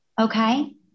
Okay